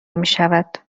میشود